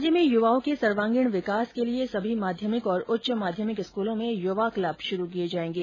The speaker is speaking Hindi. राज्य में यूवाओं के सर्वागीण विकास के लिए सभी माध्यमिक और उच्च माध्यमिक स्कूलों में यूवा क्लब शुरू किए जाएंगे